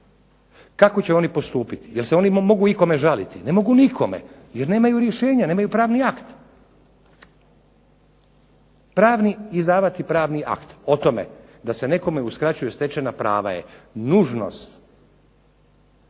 Kako će oni postupiti? Jel' se oni mogu ikome žaliti? Ne mogu nikome, jer nemaju rješenja. Nemaju pravni akt. Izdavati pravni akt o tome da se nekome uskraćuju stečena prava je nužnost.